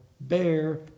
bear